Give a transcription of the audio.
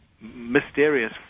mysterious